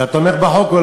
אתה תומך בחוק,